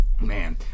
Man